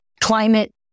climate